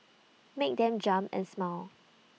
make them jump and smile